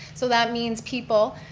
so that means people,